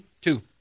Two